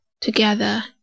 together